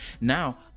Now